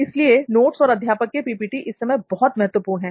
इसलिए नोट्स और अध्यापक के पीपीटी इस समय बहुत महत्वपूर्ण है